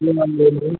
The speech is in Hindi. मैम हम बोल रहें